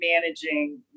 managing